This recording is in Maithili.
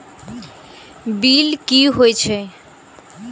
बील की हौए छै?